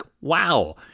wow